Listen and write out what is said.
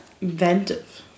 inventive